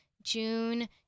June